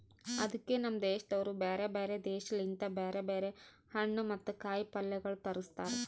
ಅದುಕೆ ನಮ್ ದೇಶದವರು ಬ್ಯಾರೆ ಬ್ಯಾರೆ ದೇಶ ಲಿಂತ್ ಬ್ಯಾರೆ ಬ್ಯಾರೆ ಹಣ್ಣು ಮತ್ತ ಕಾಯಿ ಪಲ್ಯಗೊಳ್ ತರುಸ್ತಾರ್